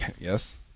Yes